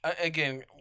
again